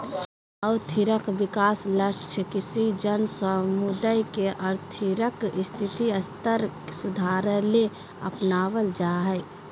और्थिक विकास लक्ष्य किसी जन समुदाय के और्थिक स्थिति स्तर के सुधारेले अपनाब्ल जा हइ